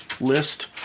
list